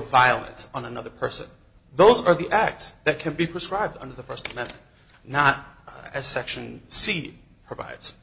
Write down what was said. violence on another person those are the acts that can be prescribed under the st not as section c provides